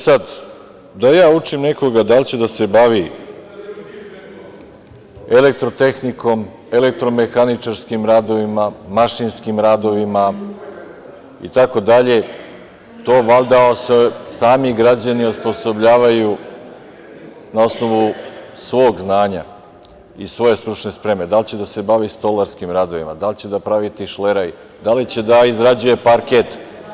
Sad, da ja učim nekoga da li će da se bavi elektrotehnikom, elektro-mehaničarskim radovima, mašinskim radovima itd, to valjda se sami građani osposobljavaju na osnovu svog znanja i svoje stručne spreme, da li će da se bavi stolarskim radovima, da li će praviti tišleraj, da li će da izrađuje parket.